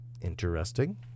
Interesting